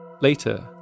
Later